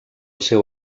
seu